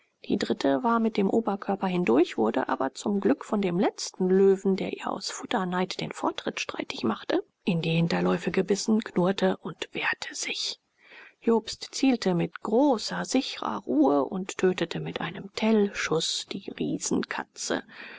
die dritte war mit dem oberkörper hindurch wurde aber zum glück von dem letzten löwen der ihr aus futterneid den vortritt streitig machte in die hinterläufe gebissen knurrte und wehrte sich jobst zielte mit großer sichrer ruhe und tötete mit einem tellschuß die